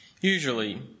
Usually